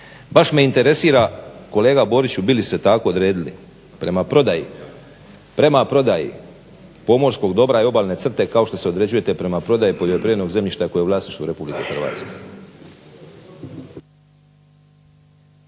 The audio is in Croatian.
Baš me interesira kolega Boriću bi li se tako odredili prema prodaji pomorskog dobra i obalne crte kao što se određujete prema prodaji poljoprivrednog zemljišta koje je u vlasništvu Republike Hrvatske.